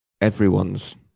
everyone's